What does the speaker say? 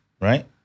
right